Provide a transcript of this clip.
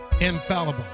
infallible